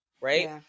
right